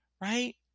Right